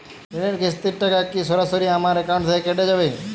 ঋণের কিস্তির টাকা কি সরাসরি আমার অ্যাকাউন্ট থেকে কেটে যাবে?